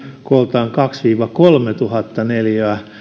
kooltaan kaksituhatta viiva kolmetuhatta neliötä